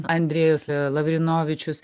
andrėjus lavrinovičius